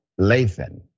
Lathan